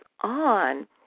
on